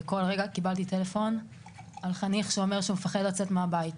וכל רגע קיבלתי טלפון על חניך שמפחד לצאת מהבית,